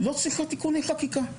לא צריכה תיקוני חקיקה.